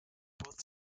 both